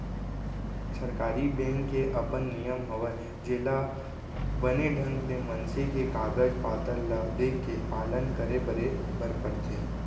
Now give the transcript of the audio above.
सरकारी बेंक के अपन नियम हवय जेला बने ढंग ले मनसे के कागज पातर ल देखके पालन करे बरे बर परथे